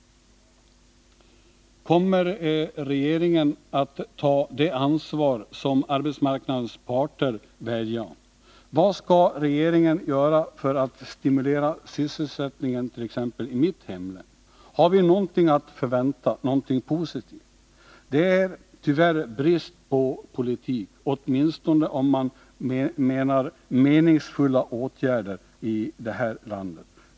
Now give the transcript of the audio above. Kommer regeringen att ta det ansvar som arbetsmarknadens parter vädjar om? Vad skall regeringen göra för att stimulera sysselsättningen i t.ex. mitt hemlän? Har vi någonting positivt att förvänta? Det är tyvärr brist på politiska åtgärder, åtminstone om man menar meningsfulla åtgärder, i det här landet.